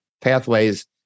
pathways